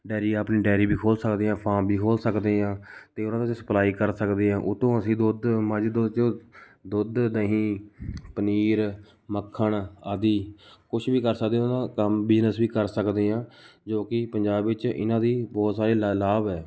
diary ਆਪਣੀ dairy ਵੀ ਖੋਲ੍ਹ ਸਕਦੇ ਹਾਂ ਫਾਰਮ ਵੀ ਖੋਲ੍ਹ ਸਕਦੇ ਹਾਂ ਅਤੇ ਉਹਨਾਂ 'ਚੋ ਅਸੀਂ ਸਪਲਾਈ ਕਰ ਸਕਦੇ ਹਾਂ ਉਹ ਤੋਂ ਅਸੀਂ ਦੁੱਧ ਮੱਝ ਦੁੱਧ ਦੁੱਧ ਦਹੀਂ ਪਨੀਰ ਮੱਖਣ ਆਦਿ ਕੁਛ ਵੀ ਕਰ ਸਕਦੇ ਹੋ ਨਾ ਕੰਮ ਬਿਜ਼ਨਸ ਵੀ ਕਰ ਸਕਦੇ ਹਾਂ ਜੋ ਕਿ ਪੰਜਾਬ ਵਿੱਚ ਇਹਨਾਂ ਦੀ ਬਹੁਤ ਸਾਰੇ ਲਾ ਲਾਭ ਹੈ